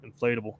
inflatable